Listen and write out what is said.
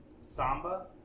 Samba